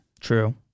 true